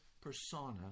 persona